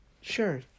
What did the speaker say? Sure